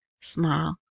small